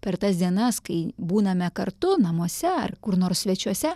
per tas dienas kai būname kartu namuose ar kur nors svečiuose